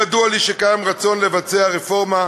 ידוע לי שקיים רצון לבצע רפורמה,